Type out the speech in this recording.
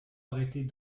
arrêter